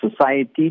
society